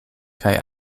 kaj